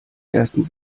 ersten